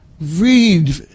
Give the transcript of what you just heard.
Read